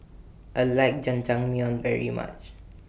I like Jajangmyeon very much